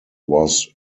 was